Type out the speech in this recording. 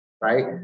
right